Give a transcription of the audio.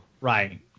Right